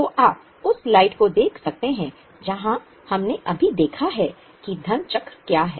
तो आप उस स्लाइड को देख सकते हैं जहां हमने अभी देखा है कि धन चक्र क्या है